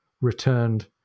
returned